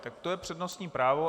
Tak to je přednostní právo.